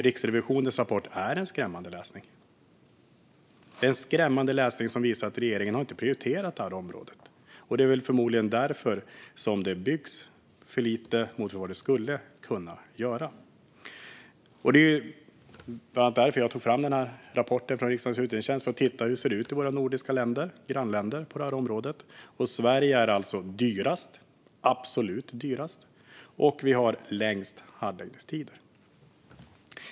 Riksrevisionens rapport är skrämmande läsning, som visar att regeringen inte har prioriterat detta område. Det är förmodligen därför det byggs för lite jämfört med hur mycket det skulle kunna byggas. Det var bland annat därför jag tog fram den här rapporten från riksdagens utredningstjänst, för att titta på hur det ser ut i våra nordiska grannländer på detta område. Sverige är alltså absolut dyrast och har längst handläggningstider.